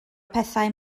pethau